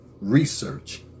research